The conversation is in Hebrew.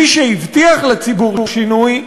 מי שהבטיח לציבור שינוי,